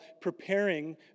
preparing